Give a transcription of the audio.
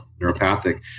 neuropathic